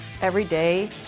Everyday